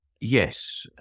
Yes